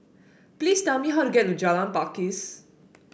please tell me how to get to Jalan Pakis